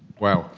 wow